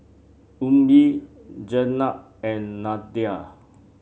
Ummi Jenab and Nadia